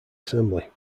assembly